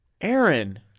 Aaron